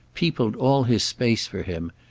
peopled all his space for him,